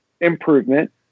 improvement